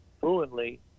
fluently